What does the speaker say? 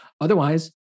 Otherwise